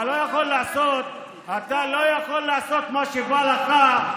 אתה לא יכול לעשות מה שבא לך,